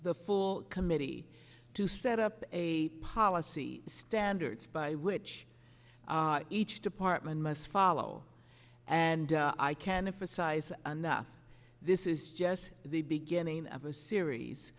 the full committee to set up a policy standards by which each department must follow and i can if a size anough this is just the beginning of a series